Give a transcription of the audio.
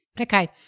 Okay